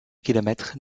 kilomètres